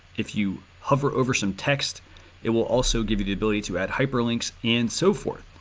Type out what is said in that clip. if you hover over some test it will also give you the ability to add hyperlinks and so forth.